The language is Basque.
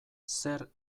zer